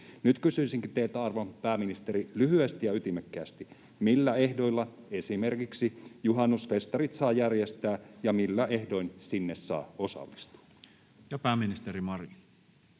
Nyt kysyisinkin teiltä, arvon pääministeri, lyhyesti ja ytimekkäästi: millä ehdoilla esimerkiksi juhannusfestarit saa järjestää, ja millä ehdoin sinne saa osallistua? [Speech 43]